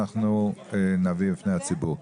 אנחנו נביא בפני הציבור.